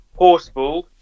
Horseball